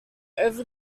over